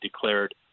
declared